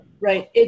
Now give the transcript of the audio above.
Right